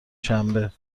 شنبه